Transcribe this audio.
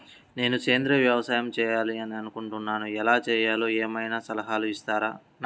నేను సేంద్రియ వ్యవసాయం చేయాలి అని అనుకుంటున్నాను, ఎలా చేయాలో ఏమయినా సలహాలు ఇస్తారా?